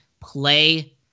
play